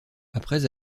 après